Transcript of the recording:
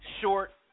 short